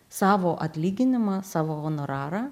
savo atlyginimą savo honorarą